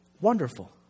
wonderful